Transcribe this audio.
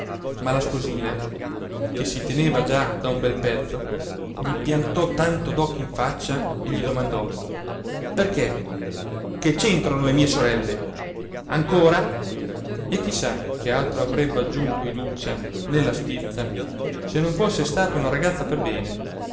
la sposina che si teneva già da un bel pezzo gli piantò tanto d'occhi in faccia e gli domandò perché che c'entrano le mie sorelle ancora e chi sa che altro avrebbe aggiunto iduccia nella stizza se non fosse stata una ragazza per bene